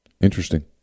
Interesting